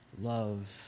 love